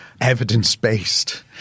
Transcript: evidence-based